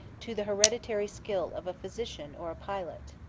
to the hereditary skill of a physician or a pilot?